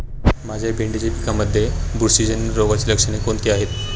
माझ्या भेंडीच्या पिकामध्ये बुरशीजन्य रोगाची लक्षणे कोणती आहेत?